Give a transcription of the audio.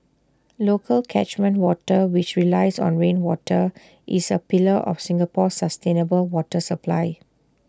local catchment water which relies on rainwater is A pillar of Singapore's sustainable water supply